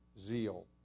zeal